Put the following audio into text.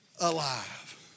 alive